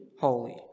holy